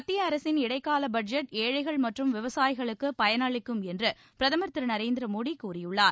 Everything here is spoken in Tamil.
மத்திய அரசு இடைக்கால பட்ஜெட் ஏழைகள் மற்றும் விவசாயிகளுக்கு பயனளிக்கும் என்று பிரதமர் திரு நரேந்திர மோடி கூறியுள்ளார்